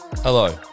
Hello